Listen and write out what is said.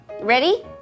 Ready